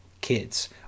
kids